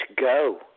go